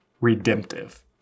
redemptive